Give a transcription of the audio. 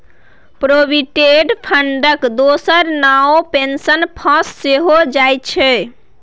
provident फंडक दोसर नाओ पेंशन फंड सेहौ छै